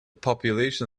population